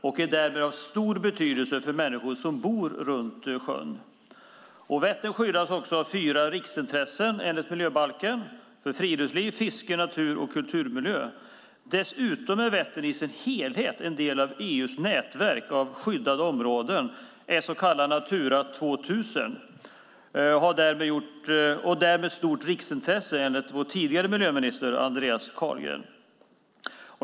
Den är därmed av stor betydelse för människor som bor runt sjön. Vättern skyddas också av fyra riksintressen enligt miljöbalken, nämligen friluftsliv, fiske, natur och kulturmiljö. Dessutom är Vättern i sin helhet en del av EU:s nätverk av skyddade områden, det så kallade Natura 2000, och har därmed stort riksintresse enligt vår tidigare miljöminister Andreas Carlgren.